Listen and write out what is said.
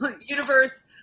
universe